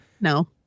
No